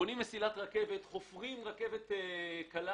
כשבונים מסילת רכבת, כשחופרים רכבת קלה